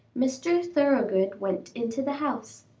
mr. thoroughgood went into the house.